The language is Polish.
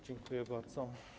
Dziękuję bardzo.